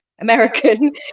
american